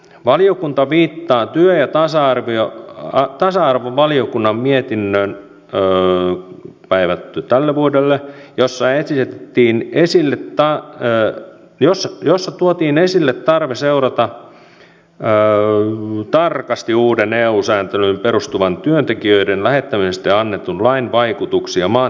valiokunta viittaa työ ja tasa arvovaliokunnan mietintöön päivätty tälle vuodelle jossa esitettiin esille taa ja jos jossa tuotiin esille tarve seurata tarkasti uuden eu sääntelyyn perustuvan työntekijöiden lähettämisestä annetun lain vaikutuksia maantiekuljetuksiin